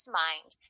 mind